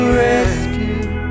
rescue